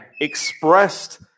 expressed